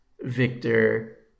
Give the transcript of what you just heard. Victor